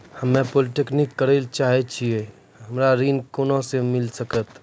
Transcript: हम्मे पॉलीटेक्निक करे ला चाहे छी हमरा ऋण कोना के मिल सकत?